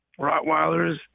Rottweilers